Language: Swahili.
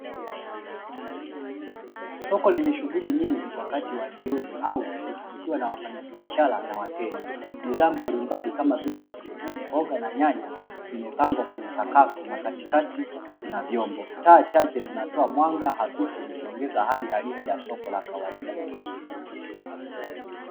Soko lenye shughuli nyingi wakati wa jioni au usiku likwa na wafanyabiashara na wateja. Bidhaa mbalimbali kama vile vitunguu, mboga na nyanya zimepangwa kwenye sakafu na katikati kuna vyombo. Taa chache zinatoa mwanga hafifu, zikiongeza hali halisi ya soko la kawaida.